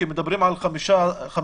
מדברים על 15%